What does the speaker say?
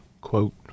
quote